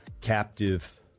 captive